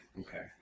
okay